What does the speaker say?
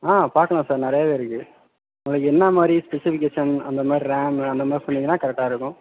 ஆ பார்க்கலாம் சார் நிறையாவே இருக்குது உங்களுக்கு என்ன மாதிரி ஸ்பெசிஃபிகேஷன் அந்த மாதிரி ரேமு அந்த மாதிரி சொன்னிங்கன்னா கரெக்டாக இருக்கும்